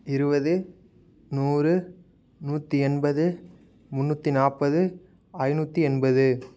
இருபது நூறு நூற்றி எண்பது முன்னூற்றி நாற்பது ஐநூற்றி எண்பது